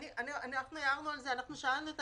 אנחנו שאלנו את